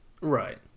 Right